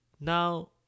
now